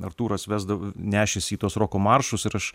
artūras vesdav nešėsi į tuos roko maršus ir aš